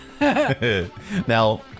Now